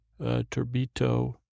Turbito